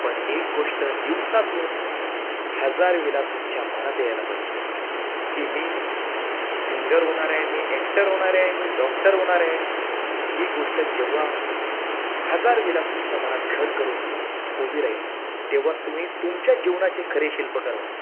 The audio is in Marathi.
पण एक गोष्ट दिवसातून हजार वेळा तुमच्या मनात यायला पाहिजे की मी सिंगर होणारे मी ॲक्टर होणार आहे मी डॉक्टर होणार आहे ही गोष्ट जेव्हा हजार वेळा तुमच्या मनात घर करून उभी राहील तेव्हाच तुम्ही तुमच्या जीवनाचे खरे शिल्पकार व्हाल